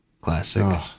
Classic